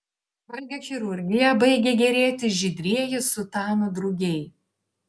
valgio chirurgija baigė gėrėtis žydrieji sutanų drugiai